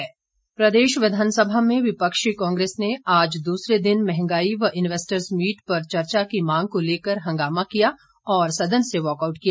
walkout प्रदेश विधानसभा में विपक्षी कांग्रेस ने आज दूसरे दिन महंगाई व इन्वेस्टर्स मीट पर चर्चा की मांग को लेकर हंगामा किया और सदन से वाकआउट किया